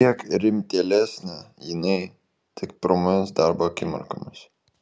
kiek rimtėlesnė jinai tik pirmomis darbo akimirkomis